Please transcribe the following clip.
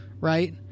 right